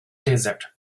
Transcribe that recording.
desert